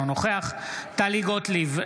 אינו נוכח טלי גוטליב,